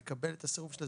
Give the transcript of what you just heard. לקבל את הסירוב שלה,